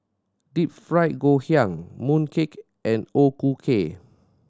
Deep Fried Ngoh Hiang mooncake and O Ku Kueh